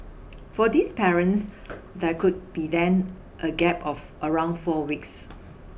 for these parents there could be then a gap of around four weeks